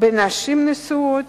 בנשים נשואות,